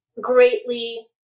greatly